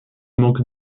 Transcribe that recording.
manque